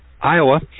Iowa